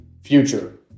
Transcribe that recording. future